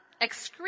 excrete